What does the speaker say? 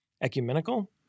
ecumenical